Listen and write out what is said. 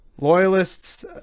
Loyalists